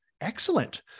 excellent